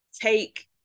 take